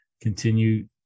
continue